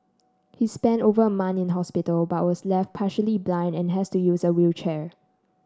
he spent over a month in hospital but was left partially blind and has to use a wheelchair